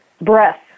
breath